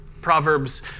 Proverbs